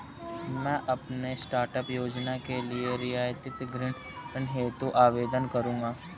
मैं अपने स्टार्टअप योजना के लिए रियायती ऋण हेतु आवेदन करूंगा